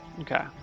Okay